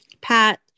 Pat